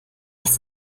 dass